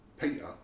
Peter